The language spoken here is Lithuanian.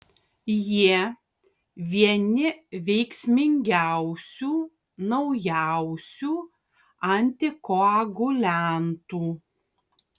jie vieni veiksmingiausių naujausių antikoaguliantų